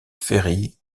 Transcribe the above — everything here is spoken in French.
ferry